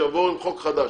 שיבואו עם חוק חדש,